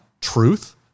truth